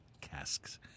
casks